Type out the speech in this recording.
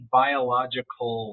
biological